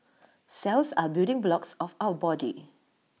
cells are building blocks of our body